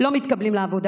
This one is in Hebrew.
לא מתקבלים לעבודה,